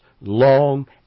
long